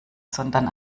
sondern